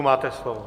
Máte slovo.